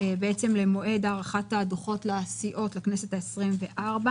למועד הארכת הדוחות לסיעות לכנסת ה-24.